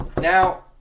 Now